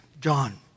John